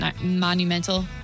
monumental